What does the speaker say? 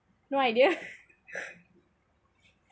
no idea